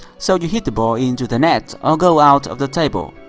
so you hit the ball into the net, or go out of the table.